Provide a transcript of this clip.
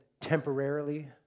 temporarily